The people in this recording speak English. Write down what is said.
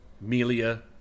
Melia